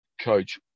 coach